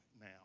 now